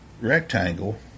rectangle